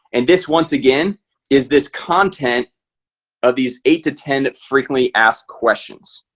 and this once again is this content of these eight to ten that frequently asked questions?